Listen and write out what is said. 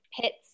pits